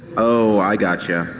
oh i gotcha.